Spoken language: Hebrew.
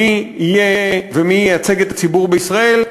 מי יהיה ומי ייצג את הציבור בישראל,